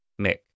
Mick